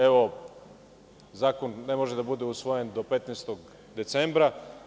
Evo, zakon ne može da bude usvojen do 15. decembra.